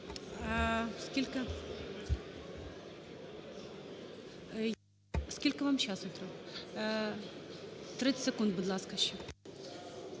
Скільки вам часу треба? 30 секунд, будь ласка,